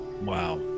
Wow